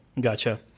Gotcha